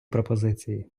пропозиції